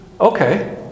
okay